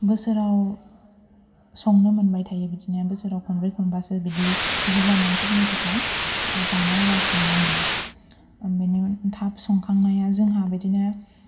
बोसोराव संनो मोनबाय थायो बिदिनो बोसोराव खनब्रै खनबासो बिदि बुरजा मानसिफोरनि थाखाय जानाय आदार संनो मोनो बिनि उन थाब संखांनाया जोंहा बिदिनो